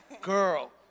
girl